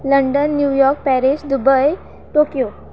London New York Paris Dubai Tokyo